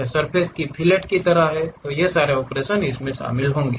यह सर्फ़ेस की फिलेट की तरह कुछ हो सकता है